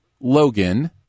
Logan